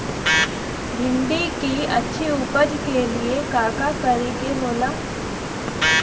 भिंडी की अच्छी उपज के लिए का का करे के होला?